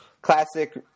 classic